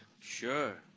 sure